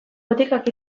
botikak